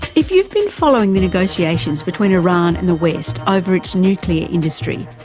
if you've been following the negotiations between iran and the west over its nuclear industry,